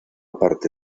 parte